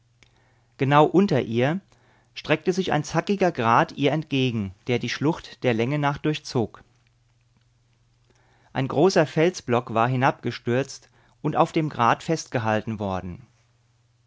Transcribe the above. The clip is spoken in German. genau unter ihr streckte sich ein zackiger grat ihr entgegen der die schlucht der länge nach durchzog ein großer felsblock war hinabgestürzt und auf dem grat festgehalten worden